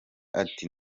ati